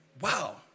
wow